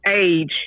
age